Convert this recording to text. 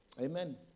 Amen